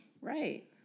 Right